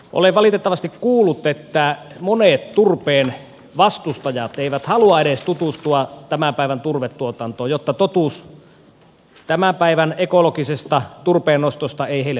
olen valitettavasti kuullut että monet turpeen vastustajat eivät halua edes tutustua tämän päivän turvetuotantoon jotta totuus tämän päivän ekologisesta turpeennostosta ei heille paljastuisi